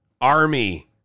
army